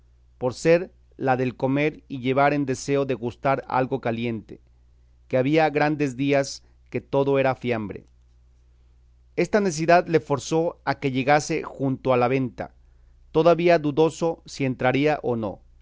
por ser la del comer y llevar en deseo de gustar algo caliente que había grandes días que todo era fiambre esta necesidad le forzó a que llegase junto a la venta todavía dudoso si entraría o no